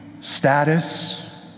status